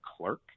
clerk